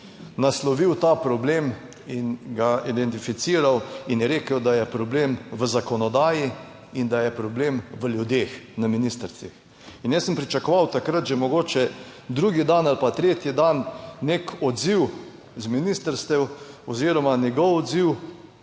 naslovil ta problem in ga identificiral in je rekel, da je problem v zakonodaji in da je problem v ljudeh na ministrstvih. In jaz sem pričakoval takrat že, mogoče drugi dan ali pa tretji dan, nek odziv z ministrstev oziroma njegov odziv,